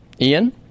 Ian